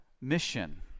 mission